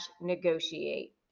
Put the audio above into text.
negotiate